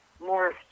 more